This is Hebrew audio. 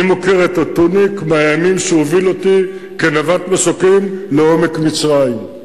אני מוקיר את טוניק מהימים שהוא הוביל אותי כנווט מסוקים לעומק מצרים.